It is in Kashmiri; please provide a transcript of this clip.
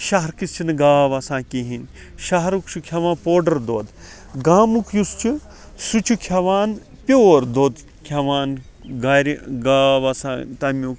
شَہرکِس چھِ نہٕ گاو آسان کِہینۍ شَہرُک چھُ کھیٚوان پوڈَر دۄد گامُک یُس چھُ سُہ چھُ کھیٚوان پیٚور دۄد کھیٚوان گَرِ گاو آسان تمیُک